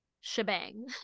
shebang